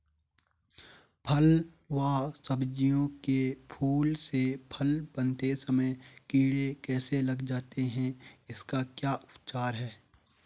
फ़ल व सब्जियों के फूल से फल बनते समय कीड़े कैसे लग जाते हैं इसका क्या उपचार है?